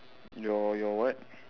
your your what